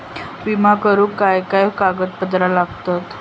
विमा करुक काय काय कागद लागतत?